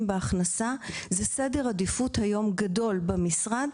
בהכנסה היום זה סדר עדיפות גדול במשרד,